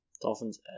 Dolphins